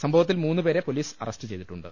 സംഭവത്തിൽ മൂന്നു പേരെ പൊലീസ് അറസ്റ്റു ചെയ്തിട്ടുണ്ട്